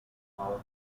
llamado